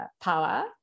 power